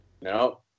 no